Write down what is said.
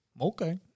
okay